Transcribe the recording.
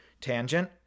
tangent